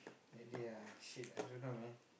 that day ah shit I don't know man